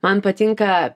man patinka